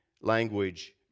language